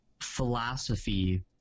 philosophy